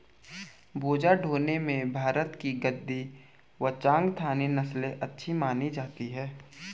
बोझा ढोने में भारत की गद्दी व चांगथागी नस्ले अच्छी मानी जाती हैं